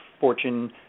Fortune